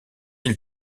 îles